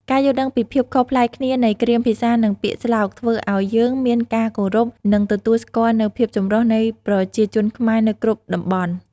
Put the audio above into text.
ការយល់ដឹងពីភាពខុសប្លែកគ្នានៃគ្រាមភាសានិងពាក្យស្លោកធ្វើឲ្យយើងមានការគោរព និងទទួលស្គាល់នូវភាពចម្រុះនៃប្រជាជនខ្មែរនៅគ្រប់តំបន់។